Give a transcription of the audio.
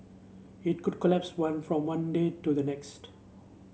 it could collapse one from one day to the next